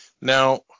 Now